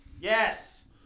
Yes